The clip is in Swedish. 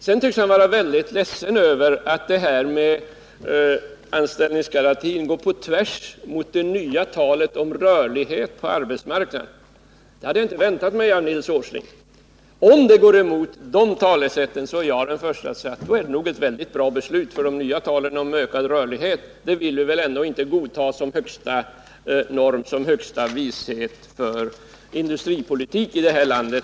Sedan tycks herr Åsling vara väldigt ledsen över att ett beslut om anställningsgarantin går på tvärs mot det nya talet om rörlighet på arbetsmarknaden. Jag hade inte väntat mig det av Nils Åsling. Om det går emot talet om rörlighet är jag den förste att säga att det är ett mycket bra beslut. Det nya talet om ökad rörlighet vill vi väl ändå inte ta som högsta norm och som högsta vishet för industripolitiken i det här landet.